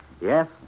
Yes